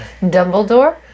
Dumbledore